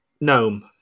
Gnome